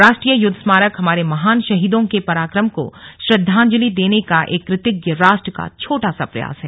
राष्ट्रीय युद्ध स्मारक हमारे महान शहीदों के पराक्रम को श्रद्वांजलि देने का एक कृ तज्ञ राष्ट्र का छोटा सा प्रयास है